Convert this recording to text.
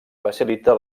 facilita